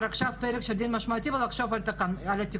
עכשיו פרק של דין משמעתי ולחשוב על התיקונים.